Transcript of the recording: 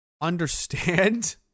Understand